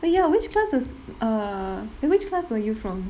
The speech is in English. but ya which class is err which class were you from